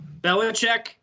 Belichick